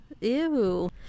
Ew